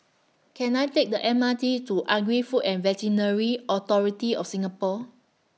Can I Take The M R T to Agri Food and Veterinary Authority of Singapore